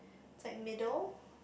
it's like middle